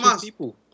people